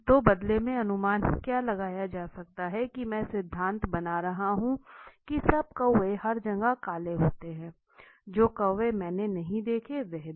तो बदले में अनुमान क्या लगाया जा सकता है मैं क्या सिद्धांत बना रहा हूं की सब कौवे हर जगह काले होते हैं जो कौवे मैंने नहीं देखे वह भी